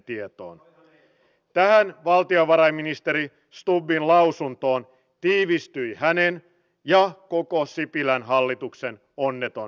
heille on annettava riittävät resurssit tehtäviensä hoitoon tehtävien vaatimalla tarkkuudella ja asiantuntemuksella